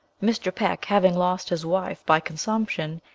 mr. peck having lost his wife by consumption,